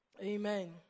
amen